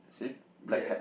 same black hat